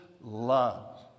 love